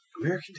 American